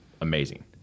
Amazing